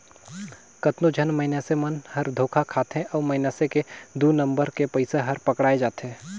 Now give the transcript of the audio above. कतनो झन मइनसे मन हर धोखा खाथे अउ मइनसे के दु नंबर के पइसा हर पकड़ाए जाथे